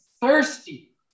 thirsty